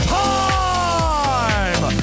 time